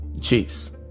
Chiefs